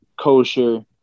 kosher